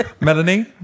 Melanie